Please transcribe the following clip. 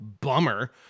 bummer